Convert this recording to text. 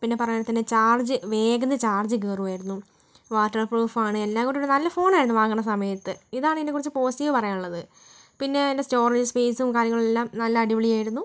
പിന്നെ പറയുകയാണെങ്കിൽ തന്നെ ചാർജ് വേഗമെന്ന് ചാർജ് കയറുവായിരുന്നു വാട്ടർ പ്രൂഫ് ആണ് എല്ലാംകൊണ്ടും ഒരു നല്ല ഫോണായിരുന്നു വാങ്ങണത് സമയത്ത് ഇതാണ് ഇതിനെക്കുറിച്ച് പോസിറ്റീവ് പറയാനുള്ളത് പിന്നെ അതിൻ്റെ സ്റ്റോറേജ് സ്പേസും കാര്യങ്ങളെല്ലാം നല്ല അടിപൊളിയായിരുന്നു